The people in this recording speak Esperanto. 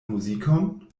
muzikon